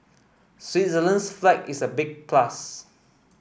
Switzerland's flag is a big plus